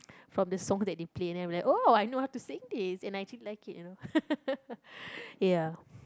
from the song that they play then I'm like oh I know how to sing this and I actually like it you know ya